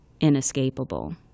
inescapable